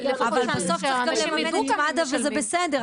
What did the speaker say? אבל בסוף צריך גם לממן את מד"א וזה בסדר,